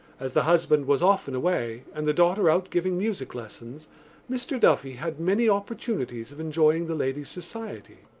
as the husband was often away and the daughter out giving music lessons mr. duffy had many opportunities of enjoying the lady's society.